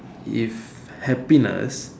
if happiness